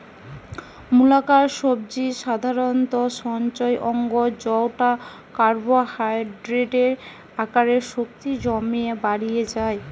মূলাকার সবজি সাধারণত সঞ্চয় অঙ্গ জউটা কার্বোহাইড্রেটের আকারে শক্তি জমিতে বাড়ি যায়